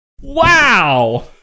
Wow